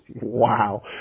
Wow